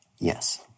Yes